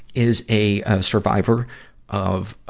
is a, ah, survivor of, ah,